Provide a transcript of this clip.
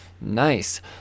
Nice